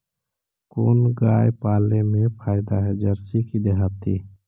कोन गाय पाले मे फायदा है जरसी कि देहाती?